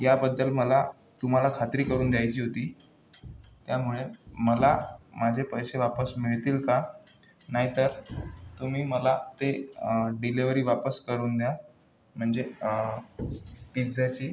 याबद्दल मला तुम्हाला खात्री करून द्यायची होती त्यामुळे मला माझे पैसे वापस मिळतील का नाही तर तुम्ही मला ते डिलेवरी वापस करून द्या म्हणजे पिझ्झ्याची